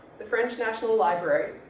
the french national library,